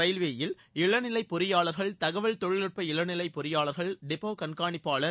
ரயில்வேயில் இளநிலை பொறியாளர்கள் தகவல் தொழில்நுட்ப இளநிலை பொறியாளர்கள் டிப்போ கண்காணிப்பாளர்